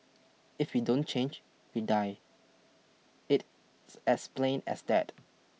if we don't change we die it as plain as that